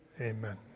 amen